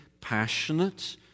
passionate